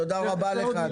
תודה רבה לך,